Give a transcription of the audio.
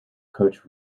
coach